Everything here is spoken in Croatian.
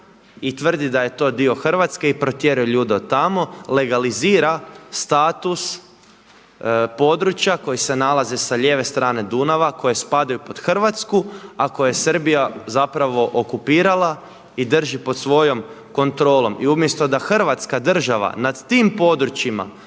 i tvrdi da je to dio Hrvatske i protjeruje ljude od tamo, legalizira status područja koji se nalaze sa lijeve strane Dunava koje spadaju pod Hrvatsku a koje je Srbija zapravo okupirala i drži pod svojom kontrolom. I umjesto da Hrvatska država nad tim područjima